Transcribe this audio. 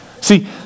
See